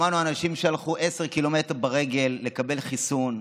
שמענו אנשים שהלכו 10 קילומטר ברגל לקבל חיסון,